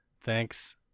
Thanks